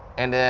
and